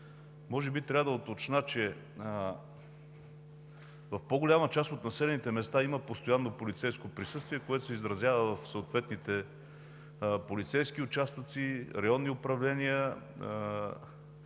може би трябва да уточня, че в по-голяма част от населените места има постоянно полицейско присъствие, което се изразява в съответните полицейски участъци, районни управления,